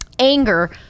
anger